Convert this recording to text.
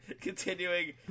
Continuing